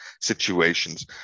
situations